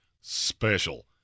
special